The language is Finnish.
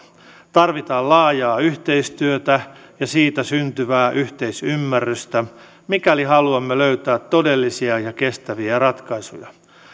tarvitaan laajaa yhteistyötä ja siitä syntyvää yhteisymmärrystä mikäli haluamme löytää todellisia ja kestäviä ratkaisuja